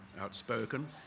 outspoken